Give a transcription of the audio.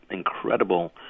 Incredible